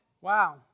Wow